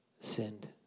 sinned